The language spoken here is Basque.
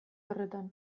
horretan